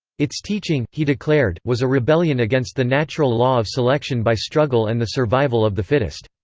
its teaching, he declared, was a rebellion against the natural law of selection by struggle and the survival of the fittest.